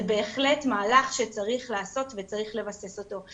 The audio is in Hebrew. בהחלט מהלך שצריך לעשות וצריך לבסס אותו.